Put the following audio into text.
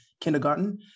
kindergarten